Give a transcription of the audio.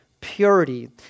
purity